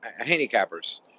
handicappers